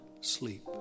sleep